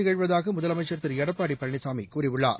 திகழ்வதாகமுதலமைச்சர் திருளடப்பாடிபழனிசாமிகூறியுள்ளார்